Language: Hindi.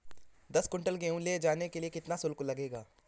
दस कुंटल गेहूँ ले जाने के लिए कितना शुल्क लगेगा?